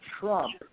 Trump